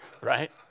Right